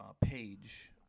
page